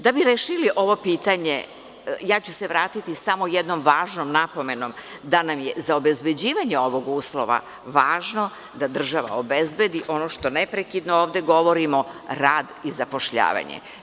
Da bi rešili ovo pitanje, ja ću se vratiti samo jednoj važnoj napomeni, da nam je za obezbeđivanje ovog uslova, važno da država obezbedi ono što neprekidno ovde govorimo, rad i zapošljavanje.